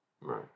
Right